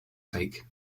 sake